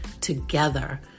together